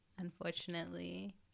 unfortunately